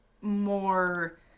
more